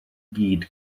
gyd